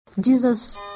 jesus